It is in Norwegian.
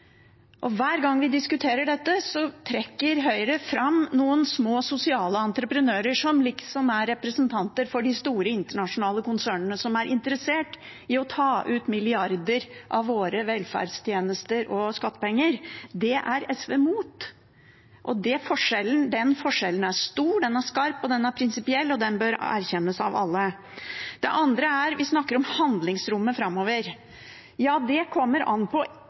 Hver gang vi diskuterer dette, trekker Høyre fram noen små sosiale entreprenører som liksom er representanter for de store internasjonale konsernene som er interessert i å ta ut milliarder av våre velferdstjenester og skattepenger. Det er SV mot. Den forskjellen er stor, den er skarp, den er prinsipiell, og den bør erkjennes av alle. Det andre er at vi snakker om handlingsrommet framover. Ja, det kommer an på